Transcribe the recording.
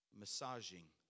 massaging